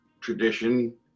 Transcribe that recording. tradition